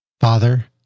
Father